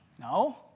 No